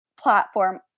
platform